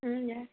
हजुर